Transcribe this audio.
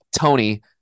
Tony